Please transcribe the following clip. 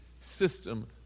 system